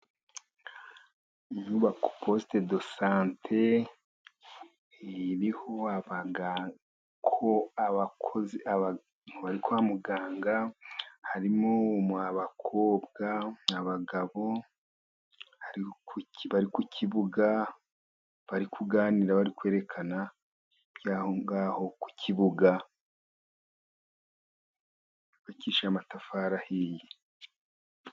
Inyubako posite do sante, iriho abantu bari kwa muganga, harimo abakobwa, abagabo bari ku kibuga, bari kuganira, bari kwerekana iby'aho ngaho ku kibuga, yubakishije amatafari ahiye.